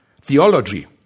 theology